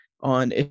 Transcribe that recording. on